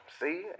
See